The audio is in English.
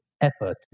effort